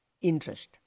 interest